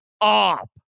up